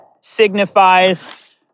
signifies